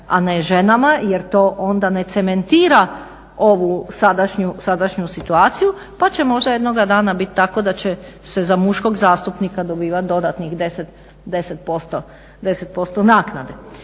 a ne ženama, jer to onda ne cementira ovu sadašnju situaciju, pa će možda jednoga dana biti tako da će se za muškog zastupnika dobivati dodatnih 10% naknade.